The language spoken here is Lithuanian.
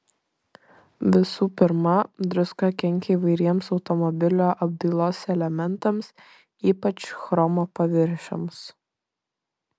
visų pirma druska kenkia įvairiems automobilio apdailos elementams ypač chromo paviršiams